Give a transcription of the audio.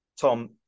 Tom